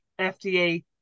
fda